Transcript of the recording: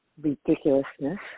ridiculousness